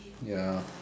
ya